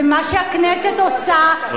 ומה שהכנסת עושה, של הקיבוץ הארצי.